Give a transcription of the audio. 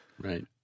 Right